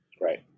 Right